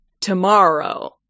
tomorrow